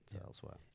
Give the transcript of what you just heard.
elsewhere